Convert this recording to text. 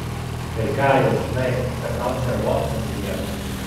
ir ką jau žinai kad tau červoncas rieda